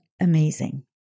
amazing